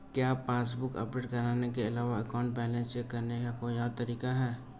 क्या passbook update करने के अलावा अकाउंट बैलेंस चेक करने का कोई और तरीका है?